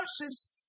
verses